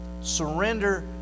Surrender